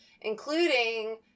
including